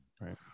Right